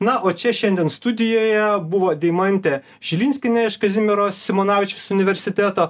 na o čia šiandien studijoje buvo deimantė žilinskienė iš kazimiero simonavičiaus universiteto